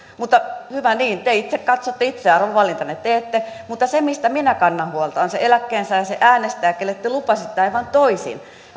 mutta hyvä niin te itse katsotte itse arvovalintanne teette mutta se mistä minä kannan huolta on se eläkkeensaaja se äänestäjä kenelle te lupasitte aivan toisin